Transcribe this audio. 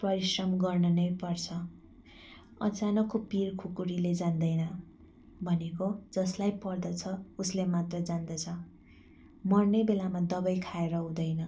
परिश्रम गर्न नै पर्छ अचानोको पिर खुकुरीले जान्दैन भनेको जसलाई पर्दछ उसले मात्र जान्दछ मर्ने बेलामा दबाई खाएर हुँदैन